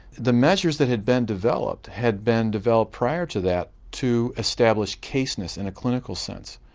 the measures that had been developed had been developed prior to that to establish case ness in a clinical sense.